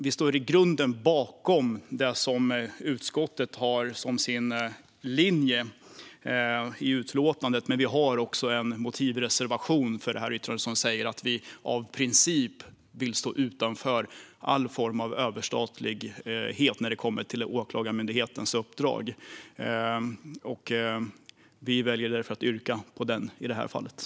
Vi står i grunden bakom det som utskottet har som sin linje i utlåtandet, men vi har också en motivreservation som säger att vi av princip vill stå utanför all form av överstatlighet när det kommer till åklagarmyndighetens uppdrag. Vi väljer därför i det här fallet att yrka bifall till vår motivreservation.